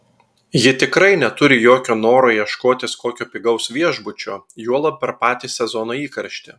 ji tikrai neturi jokio noro ieškotis kokio pigaus viešbučio juolab per patį sezono įkarštį